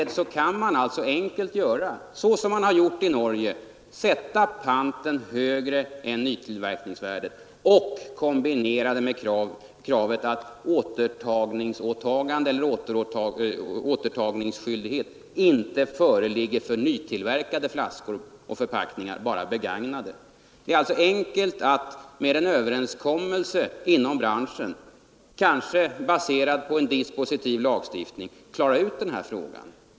Då kan man göra som i Norge — sätta panten högre än nytillverkningsvärdet och kombinera det med kravet att återtagningsskyldighet inte skall föreligga för nytillverkade flaskor och förpackningar, bara för begagnade. Det är alltså enkelt att med en överenskommelse inom branschen, kanske baserad på en dispositiv lagstiftning, klara ut den här frågan.